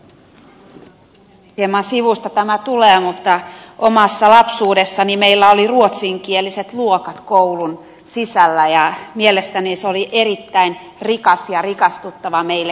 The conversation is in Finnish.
hieman sivusta tämä tulee mutta omassa lapsuudessani meillä oli ruotsinkieliset luokat koulun sisällä ja mielestäni se oli erittäin rikastuttavaa meille kaikille